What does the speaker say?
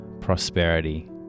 prosperity